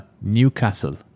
Newcastle